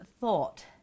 thought